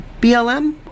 BLM